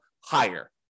higher